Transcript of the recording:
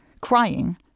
crying